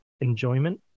enjoyment